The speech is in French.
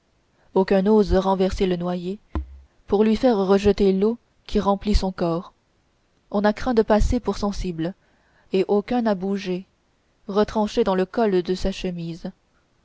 aucun n'ose renverser le noyé pour lui faire rejeter l'eau qui remplit son corps on a craint de passer pour sensible et aucun n'a bougé retranché dans le col de sa chemise